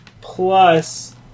plus